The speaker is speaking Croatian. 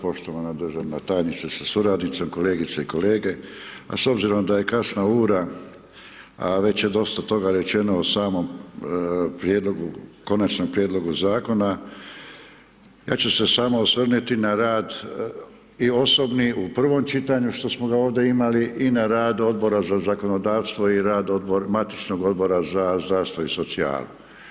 Poštovana državna tajnice sa suradnicom, kolegice i kolege, a s obzirom da je kasna ura, a već je dosta toga rečeno u samom Konačnom prijedlogu Zakona, ja ću se samo osvrnuti na rad i osobni u prvom čitanju, što smo ga ovdje imali, i na rad Odbora za zakonodavstvo i rad Matičnog Odbora za zdravstvo i socijalu.